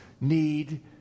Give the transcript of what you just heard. need